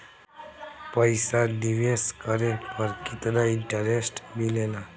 पईसा निवेश करे पर केतना इंटरेस्ट मिलेला?